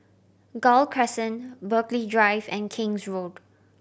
Gul Crescent Burghley Drive and King's Road